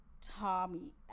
Tommy